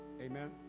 Amen